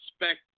expect